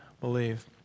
believe